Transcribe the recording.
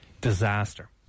disaster